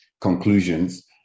conclusions